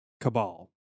cabal